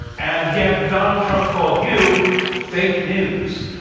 and yet, donald trump called you fake news.